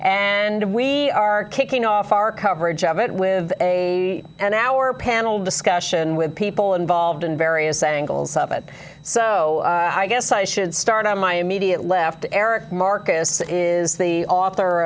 and we are kicking off our coverage of it with a and our panel discussion with people involved in various angles of it so i guess i should start on my immediate left eric marcus is the author